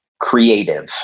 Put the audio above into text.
creative